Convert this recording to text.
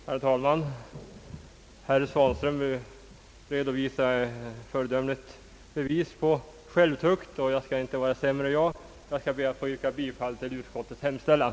Herr talman! Herr Svanström ger ett föredömligt bevis på självtukt. Jag skall inte vara sämre utan ber att få yrka bifall till utskottets hemställan.